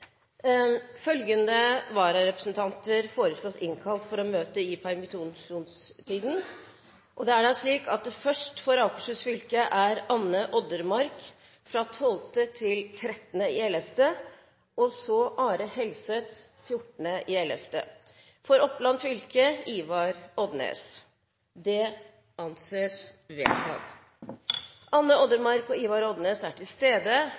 og innvilges. Følgende vararepresentanter innkalles for å møte i permisjonstiden slik: For Akershus fylke: Anne Odenmarck 12.–13. november og Arve Helseth 14. november For Oppland fylke: Ivar Odnes Anne Odenmarck og Ivar Odnes er til stede